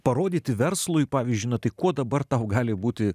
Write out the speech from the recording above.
parodyti verslui pavyzdžiui tai kuo dabar tau gali būti